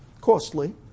costly